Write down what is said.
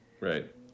right